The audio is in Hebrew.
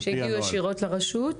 על פי הנוהל --- שהגיעו ישירות לרשות?